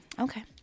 Okay